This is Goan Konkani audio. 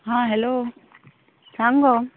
हा हॅलो सांग गो